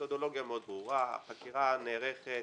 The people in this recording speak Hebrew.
המתודולוגיה מאוד ברורה, החקירה נערכת